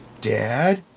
Dad